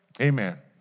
Amen